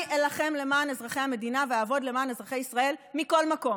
אני אילחם למען אזרחי המדינה ואעבוד למען אזרחי ישראל מכל מקום,